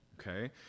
Okay